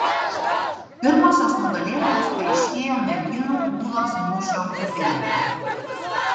pirmosios nugalėtojos paaiškėjo merginų ūlos mūšio grupėje